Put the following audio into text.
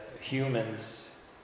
humans